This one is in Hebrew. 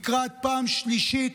לקראת פעם שלישית,